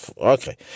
Okay